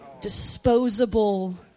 disposable